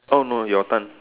oh no your turn